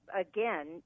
Again